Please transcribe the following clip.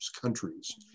countries